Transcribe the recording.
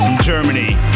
Germany